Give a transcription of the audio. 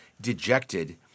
dejected